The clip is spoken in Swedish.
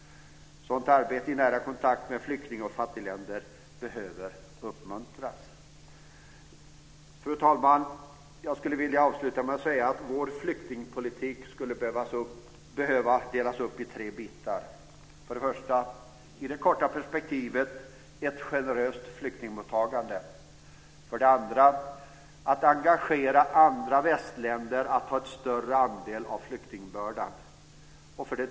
Sådant arbete i nära kontakt med flykting och fattigländer behöver uppmuntras. Fru talman! Vår flyktingpolitik behöver delas upp i tre bitar: 1. I det korta perspektivet behövs ett generöst flyktingmottagande. 2. Andra västländer måste engageras till att ta en större andel av flyktingbördan. 3.